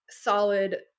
solid